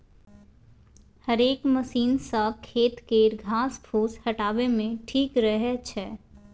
हेरेक मशीन सँ खेत केर घास फुस हटाबे मे ठीक रहै छै